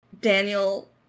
Daniel